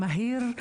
מהיר,